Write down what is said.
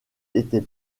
était